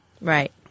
Right